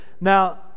Now